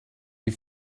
dir